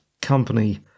company